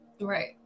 right